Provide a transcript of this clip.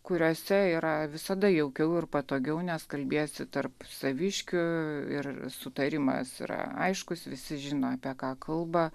kuriuose yra visada jaukiau ir patogiau nes kalbėsi tarp saviškių ir sutarimas yra aiškus visi žino apie ką kalba